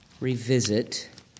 revisit